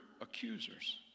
accusers